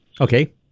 okay